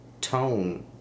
tone